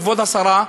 כבוד השרה,